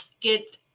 get